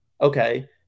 Okay